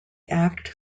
act